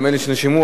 אלה שנרשמו,